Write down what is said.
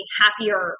happier